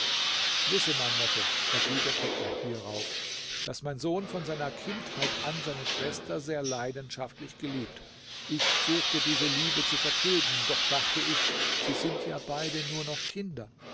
wisse mein neffe erwiderte er hierauf daß mein sohn von seiner kindheit an seine schwester sehr leidenschaftlich geliebt ich suchte diese liebe zu vertilgen doch dachte ich sie sind ja beide nur noch kinder